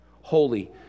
holy